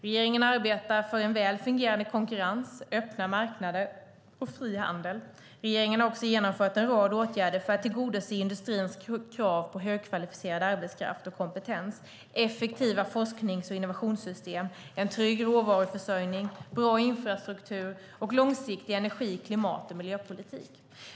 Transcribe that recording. Regeringen arbetar för en väl fungerande konkurrens, öppna marknader och fri handel. Regeringen har också genomfört en rad åtgärder för att tillgodose industrins krav på högkvalificerad arbetskraft och kompetens, effektiva forsknings och innovationssystem, en trygg råvaruförsörjning, bra infrastruktur samt en långsiktig energi-, klimat och miljöpolitik.